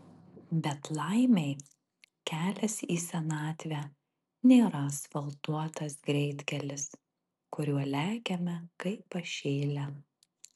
bet laimei kelias į senatvę nėra asfaltuotas greitkelis kuriuo lekiame kaip pašėlę